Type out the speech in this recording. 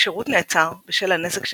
השירות נעצר בשל הנזק שנגרם,